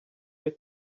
you